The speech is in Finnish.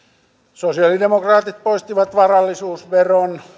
sosialidemokraatit poistivat varallisuusveron